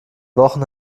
wochen